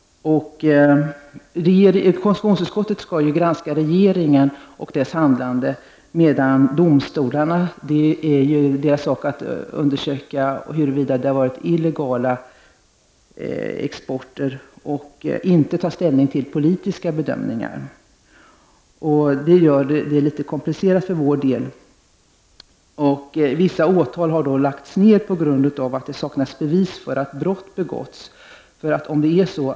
Konstitutionsutskottet skall granska regeringen och dess handlande, medan domstolarnas sak är att undersöka huruvida det har varit illegal export. De skall inte ta ställning till politiska bedömningar. Det gör det litet komplicerat för vår del. En del åtal har lagts ned på grund av att det har saknats bevis för att brott har begåtts.